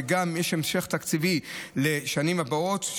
וגם יש המשך תקציבי לשנים הבאות.